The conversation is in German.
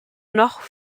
noch